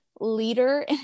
leader